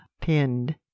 pinned